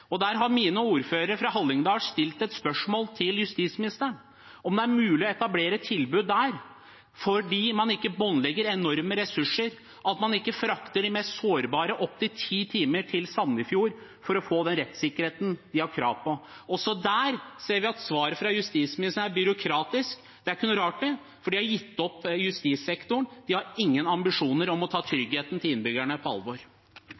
tverrfaglighet. Der har mine ordførere fra Hallingdal stilt et spørsmål til justisministeren, om det er mulig å etablere et tilbud der, slik at man ikke båndlegger enorme ressurser og frakter sårbare opptil ti timer til Sandefjord for at de skal få den rettssikkerheten de har krav på. Også der ser vi at svaret fra justisministeren er byråkratisk. Det er ikke noe rart, for de har gitt opp justissektoren. De har ingen ambisjoner om å ta tryggheten til innbyggerne på alvor.